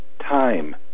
time